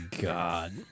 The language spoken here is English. God